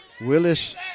Willis